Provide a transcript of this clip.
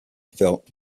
felt